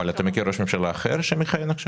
אבל אתה מכיר ראש ממשלה אחר שמכהן עכשיו?